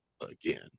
again